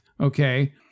Okay